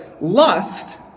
lust